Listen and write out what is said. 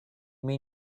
mean